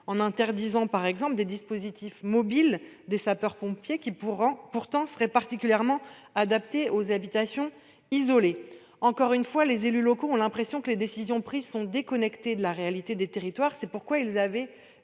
Il interdit par exemple le recours aux dispositifs mobiles des sapeurs-pompiers, qui serait pourtant particulièrement adapté pour les habitations isolées. Encore une fois, les élus locaux ont l'impression que les décisions prises sont déconnectées de la réalité des territoires ; c'est pourquoi ils avaient